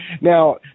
Now